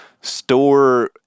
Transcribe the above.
store